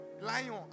Lion